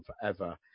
forever